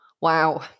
Wow